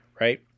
right